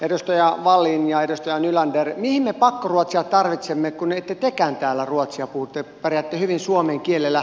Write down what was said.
edustaja wallin ja edustaja nylander mihin me pakkoruotsia tarvitsemme kun ette tekään täällä ruotsia puhu te pärjäätte hyvin suomen kielellä